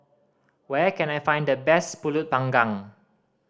where can I find the best Pulut Panggang